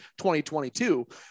2022